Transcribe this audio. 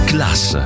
Class